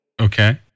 Okay